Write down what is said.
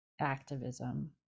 activism